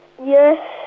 Yes